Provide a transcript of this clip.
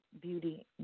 Beauty